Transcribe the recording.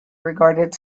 regarded